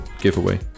giveaway